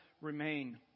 remain